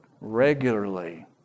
regularly